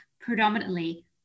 predominantly